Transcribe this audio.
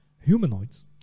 humanoids